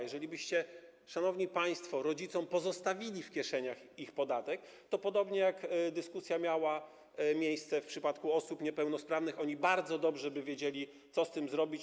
Jeżeli pozostawilibyście, szanowni państwo, rodzicom w kieszeniach ich podatek, to - podobna dyskusja miała miejsce w przypadku osób niepełnosprawnych - oni bardzo dobrze by wiedzieli, co z tym zrobić.